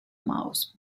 mouse